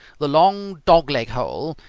the long dog-leg hole,